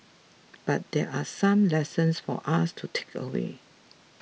but there are some lessons for us to takeaway